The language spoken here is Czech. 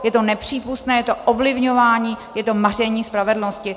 Je to nepřípustné, je to ovlivňování, je to maření spravedlnosti.